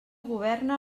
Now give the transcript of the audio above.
governa